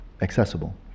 accessible